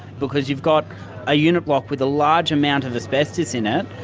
because you've got a unit block with a large amount of asbestos in it,